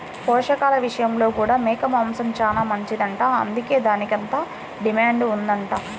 పోషకాల విషయంలో కూడా మేక మాంసం చానా మంచిదంట, అందుకే దానికంత డిమాండ్ ఉందంట